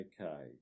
Okay